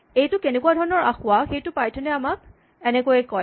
এইটো কেনেকুৱা ধৰণৰ আসোঁৱাহ সেইটো ফাইথন এ আমাক এনেকৈয়ে কয়